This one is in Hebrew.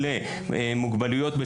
יש פה בעיה תקציבית,